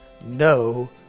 No